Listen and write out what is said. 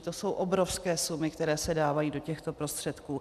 To jsou obrovské sumy, které se dávají do těchto prostředků.